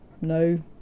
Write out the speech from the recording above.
No